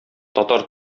татар